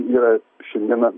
yra šiandieną